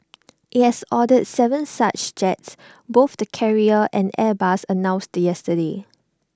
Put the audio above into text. IT has ordered Seven such jets both the carrier and airbus announced yesterday